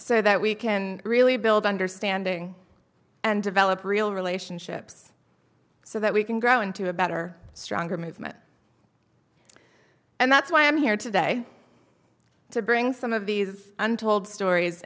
so that we can really build understanding and develop real relationships so that we can grow into a better stronger movement and that's why i'm here today to bring some of these untold stories